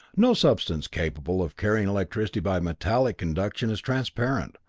no substance capable of carrying electricity by metallic conduction is transparent.